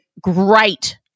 Great